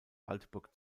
waldburg